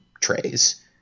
trays